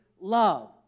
love